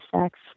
sex